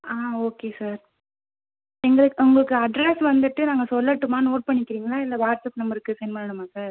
ஆ okay sir எங்களுக்கு உங்களுக்கு address வந்துவிட்டு நாங்கள் சொல்லட்டுமா நோட் பண்ணிக்கிறிங்களா இல்லை வாட்ஸ்அப் நம்பருக்கு செண்ட் பண்ணணுமா சார்